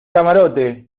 camarote